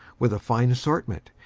with a fine assortment,